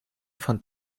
fand